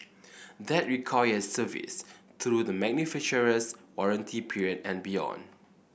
that requires service through the manufacturer's warranty period and beyond